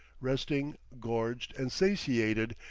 resting, gorged and satiated,